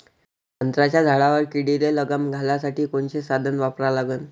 संत्र्याच्या झाडावर किडीले लगाम घालासाठी कोनचे साधनं वापरा लागन?